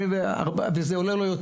סימון, הכל זה שאלה של